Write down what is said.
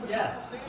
Yes